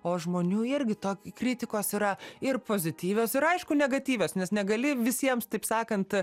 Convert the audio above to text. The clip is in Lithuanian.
o žmonių irgi tokį kritikos yra ir pozityvios ir aišku negatyvios nes negali visiems taip sakant